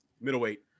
middleweight